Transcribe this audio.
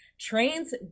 trains